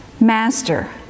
Master